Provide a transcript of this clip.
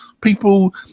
people